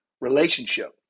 relationship